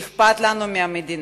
שאכפת לנו מהמדינה,